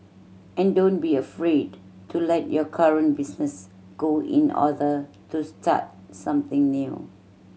and don't be afraid to let your current business go in order to start something new